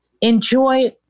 enjoy